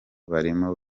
barimo